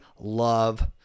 love